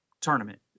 tournament